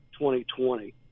2020